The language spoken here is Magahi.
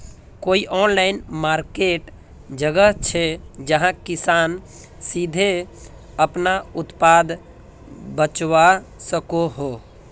कोई ऑनलाइन मार्किट जगह छे जहाँ किसान सीधे अपना उत्पाद बचवा सको हो?